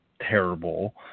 terrible